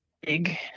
big